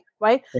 right